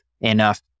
enough